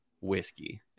whiskey